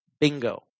Bingo